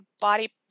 body